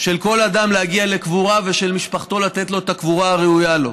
של כל אדם להגיע לקבורה ושל משפחתו לתת לו את הקבורה הראויה לו,